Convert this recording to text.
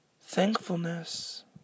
Thankfulness